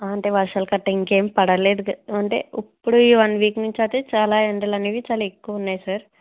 అంటే వర్షాలు గట్టా ఇంకేమి పడలేదు అంటే ఇప్పుడు ఈ వన్ వీక్ నుంచి అయితే చాలా ఎండలు అనేవి చాలా ఎక్కువ ఉన్నాయి సార్